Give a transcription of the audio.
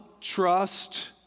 trust